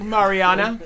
Mariana